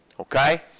Okay